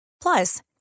Plus